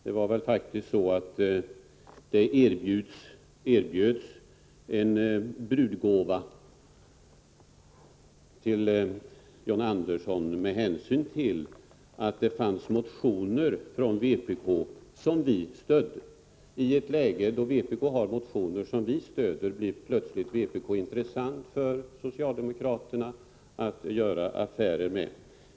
Det var väl så att det faktiskt erbjöds en brudgåva till John Andersson med hänsyn till att det fanns motioner från vpk som vi stödde. I ett läge då vpk har motioner som vi stöder blir partiet plötsligt intressant för socialdemokraterna att göra affärer med.